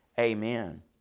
amen